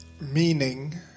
Meaning